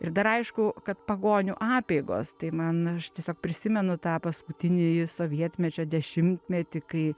ir dar aišku kad pagonių apeigos tai man aš tiesiog prisimenu tą paskutinįjį sovietmečio dešimtmetį kai